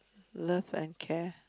love and care